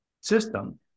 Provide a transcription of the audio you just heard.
system